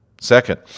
Second